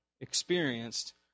experienced